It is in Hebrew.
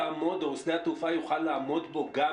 שדה התעופה יוכל לעמוד בתו הכחול הזה